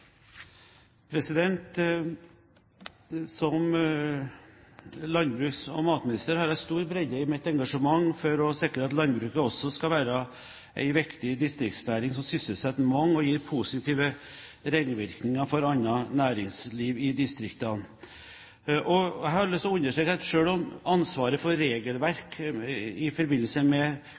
med. Som landbruks- og matminister har jeg stor bredde i mitt engasjement for å sikre at landbruket også skal være en viktig distriktsnæring som sysselsetter mange og gir positive ringvirkninger for annet næringsliv i distriktene. Jeg har lyst til å understreke at selv om ansvaret for regelverket i forbindelse med